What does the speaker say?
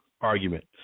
argument